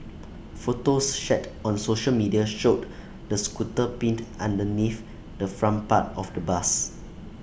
photos shared on social media showed the scooter pinned underneath the front part of the bus